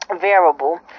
variable